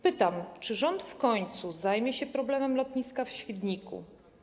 Pytam, czy rząd w końcu zajmie się problemem lotniska w Świdniku.